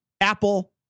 apple